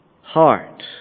heart